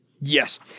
Yes